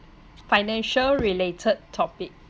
financial related topic